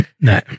No